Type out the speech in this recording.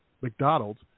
McDonald's